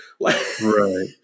Right